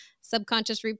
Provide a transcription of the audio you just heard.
subconscious